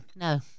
no